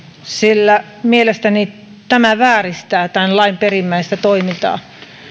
sillä mielestäni se vääristää tämän lain perimmäistä toimintaa